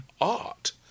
art